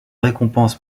récompense